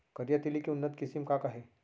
करिया तिलि के उन्नत किसिम का का हे?